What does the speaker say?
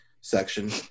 section